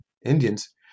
Indians